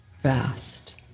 vast